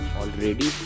already